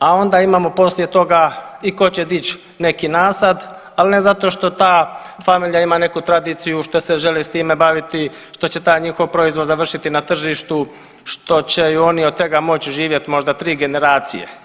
A onda imamo poslije toga i tko će dići neki nasad ali ne zato što ta familija ima neku tradiciju, što se želi s time baviti, što će taj njihov proizvod završiti na tržištu što će oni od tega moći živjeti možda tri generacije.